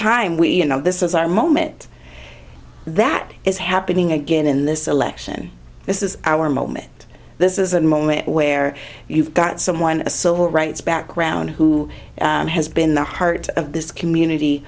time we you know this is our moment that is happening again in this election this is our moment this is a moment where you've got someone a civil rights background who has been the heart of this community